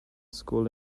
school